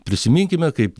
prisiminkime kaip